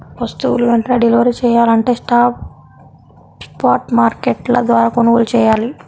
వస్తువులు వెంటనే డెలివరీ చెయ్యాలంటే స్పాట్ మార్కెట్ల ద్వారా కొనుగోలు చెయ్యాలి